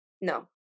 No